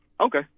Okay